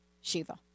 Shiva